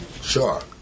Sure